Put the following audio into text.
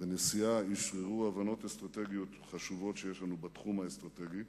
ונשיאה אשררו הבנות אסטרטגיות חשובות שיש לנו בתחום האסטרטגי,